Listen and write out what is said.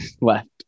left